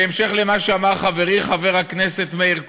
בהמשך למה שאמר חברי חבר הכנסת מאיר כהן,